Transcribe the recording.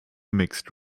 mixed